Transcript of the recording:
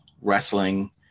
wrestling